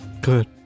Good